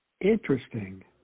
Interesting